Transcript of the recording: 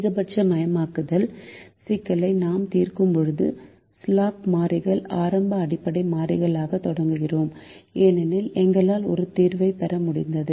அதிகபட்சமயமாக்கல் சிக்கலை நாம் தீர்க்கும்போது ஸ்லாக் மாறிகள் ஆரம்ப அடிப்படை மாறிகளாகத் தொடங்கினோம் ஏனென்றால் எங்களால் ஒரு தீர்வைப் பெற முடிந்தது